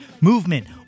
movement